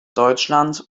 deutschland